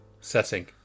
setting